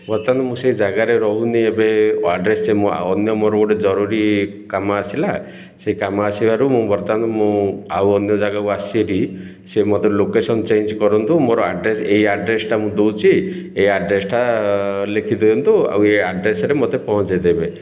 ବର୍ତ୍ତମାନ ମୁଁ ସେଇ ଜାଗାରେ ରହୁନି ଏବେ ଆଡ୍ରେସ୍ ଅନ୍ୟ ମୋର ଗୋଟେ ଜରୁରୀ କାମ ଆସିଲା ସେଇ କାମ ଆସିବାରୁ ମୁଁ ବର୍ତ୍ତମାନ ମୁଁ ଆଉ ଅନ୍ୟ ଜାଗାକୁ ଆସିଛି ସେ ମୋତେ ଲୋକେସନ ଚେଞ୍ଜ୍ କରନ୍ତୁ ମୋର ଆଡ୍ରେସ୍ ଏଇ ଆଡ୍ରେସଟା ମୁଁ ଦେଉଛି ଏଇ ଆଡ୍ରେସଟା ଲେଖିଦିଅନ୍ତୁ ଆଉ ଏ ଆଡ୍ରେସରେ ମୋତେ ପହଞ୍ଚେଇ ଦେବେ